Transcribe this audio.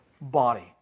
body